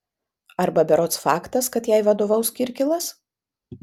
arba berods faktas kad jai vadovaus kirkilas